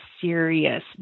serious